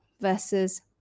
versus